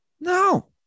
No